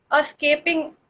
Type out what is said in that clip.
escaping